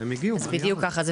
בדיוק ככה.